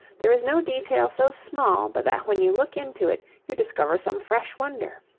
there is no detail so small but that when you look into it you discover some fresh wonder.